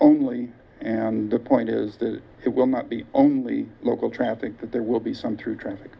only and the point is it will not be only local traffic that there will be some through traffic